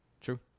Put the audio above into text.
True